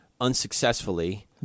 unsuccessfully